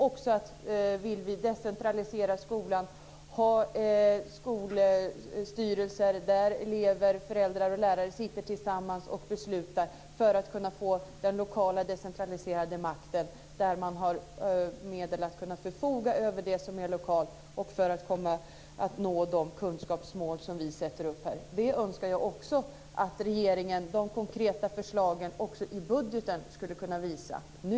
Vi vill också decentralisera skolan: ha skolstyrelser där elever, föräldrar och lärare sitter tillsammans och beslutar. Då kan vi få den lokala decentraliserade makten där man har medel att kunna förfoga över för det som är lokalt och nå de kunskapsmål som vi sätter upp här. De konkreta förslagen önskar jag att regeringen också hade kunnat visa i budgeten nu.